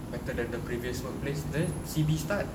better than the previous workplace then C_B start